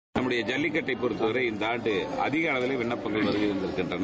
seconds நம்முடைய ஜல்லிக்கட்டை பொறுத்தவரை இந்த ஆண்டு அதிக அளவில் விண்ணப்பங்கள் பெறப்பட்டு வருகின்றன